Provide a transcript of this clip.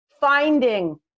finding